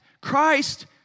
Christ